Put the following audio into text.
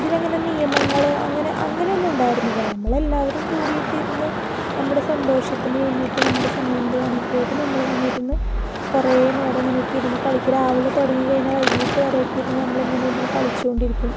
അതിൽ ഇങ്ങനെ നിയമങ്ങൾ അങ്ങനെ അങ്ങനെ ഒന്നും ഉണ്ടായിരുന്നില്ല നമ്മൾ എല്ലാവരും കൂടിയിട്ട് ഇരുന്ന് നമ്മുടെ സന്തോഷത്തിന് വേണ്ടിയിട്ട് നമ്മൾ സമയം പോവാനൊക്കെയായിട്ട് നമ്മൾ ഇങ്ങനെ ഇരുന്ന് കുറേ നേരം ഇങ്ങനെ ഒക്കെ ഇരുന്ന് കളിക്കും രാവിലെ തുടങ്ങി കഴിഞ്ഞാൽ വൈകിട്ട് വരെ ഒക്കെ ഇരുന്ന് നമ്മൾ ഇങ്ങനെ ഇരുന്ന് കളിച്ചു കൊണ്ടിരിക്കും